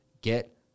get